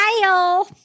Kyle